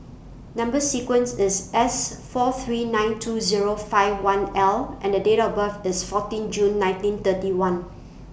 Number sequence IS S four three nine two Zero five one L and Date of birth IS fourteen June nineteen thirty one